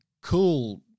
cool